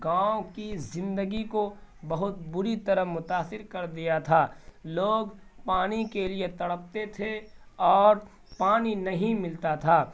گاؤں کی زندگی کو بہت بری طرح متاثر کر دیا تھا لوگ پانی کے لیے تڑپتے تھے اور پانی نہیں ملتا تھا